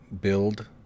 build